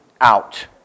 out